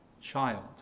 child